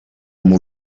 amb